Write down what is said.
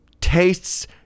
tastes